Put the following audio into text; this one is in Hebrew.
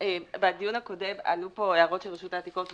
בדיון הקודם עלו פה הערות של רשות העתיקות.